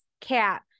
cat